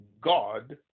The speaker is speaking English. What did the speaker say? God